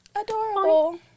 Adorable